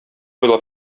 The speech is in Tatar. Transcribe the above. уйлап